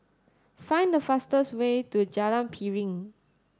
find the fastest way to Jalan Piring